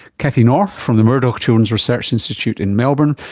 kathy north from the murdoch children's research institute in melbourne,